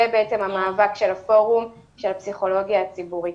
זה בעצם המאבק של הפורום של הפסיכולוגיה הציבורית.